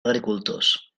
agricultors